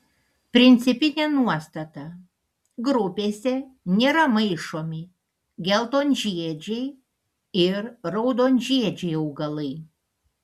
principinė nuostata grupėse nėra maišomi geltonžiedžiai ir raudonžiedžiai augalai